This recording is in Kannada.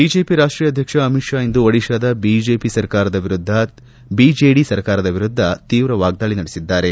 ಬಿಜೆಪಿ ರಾಷ್ಷೀಯ ಅಧ್ಯಕ್ಷ ಅಮಿತ್ ಷಾ ಇಂದು ಒಡಿಸ್ತಾದ ಬಿಜೆಡಿ ಸರ್ಕಾರದ ವಿರುದ್ದ ತೀವ್ರ ವಾಗ್ದಾಳ ನಡೆಸಿದ್ದಾರೆ